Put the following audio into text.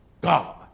God